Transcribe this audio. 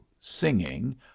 singing